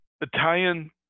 italian